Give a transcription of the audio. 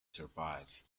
survive